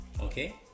Okay